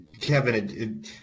Kevin